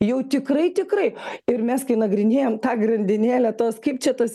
jau tikrai tikrai ir mes kai nagrinėjam tą grandinėlę tos kaip čia tas